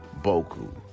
Boku